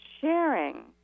sharing